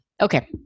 Okay